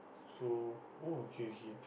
so oh okay okay